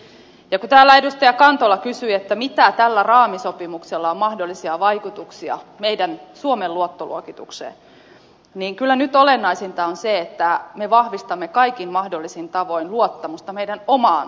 ja kun täällä edustaja kantola kysyi mitä mahdollisia vaikutuksia tällä raamisopimuksella on suomen luottoluokitukseen niin kyllä nyt olennaisinta on se että me vahvistamme kaikin mahdollisin tavoin luottamusta meidän omaan talouteemme